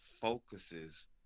focuses